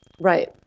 Right